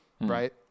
right